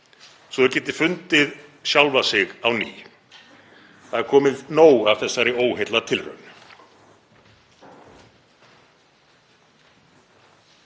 svo þeir geti fundið sjálfa sig á ný. Það er komið nóg af þessari óheillatilraun.